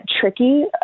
tricky